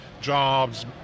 jobs